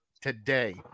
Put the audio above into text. today